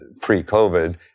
pre-COVID